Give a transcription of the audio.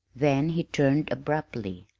then he turned abruptly.